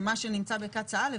שמה שנמצא בקצא"א א',